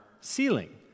ceiling